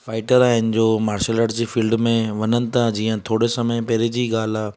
fighter आहिनि जो martial arts जी फील्ड में वञनि था जीअं थोरे समय पहिरे जी ई ॻाल्हि आहे